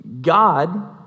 God